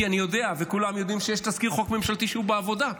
כי אני יודע וכולם יודעים שיש תזכיר חוק ממשלתי שהוא בעבודה.